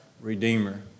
Redeemer